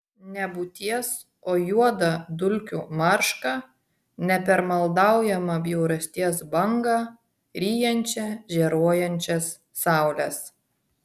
nebūties o juodą dulkių maršką nepermaldaujamą bjaurasties bangą ryjančią žėruojančias saules